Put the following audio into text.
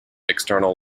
external